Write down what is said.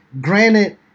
granted